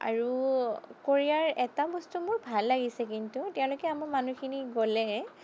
আৰু কোৰিয়াৰ এটা বস্তু মোৰ ভাল লাগিছে কিন্তু তেওঁলোকে আমাৰ মানুহখিনি গ'লে